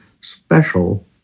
special